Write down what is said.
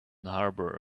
harbour